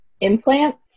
Implants